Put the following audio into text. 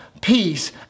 peace